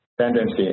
tendency